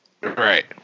Right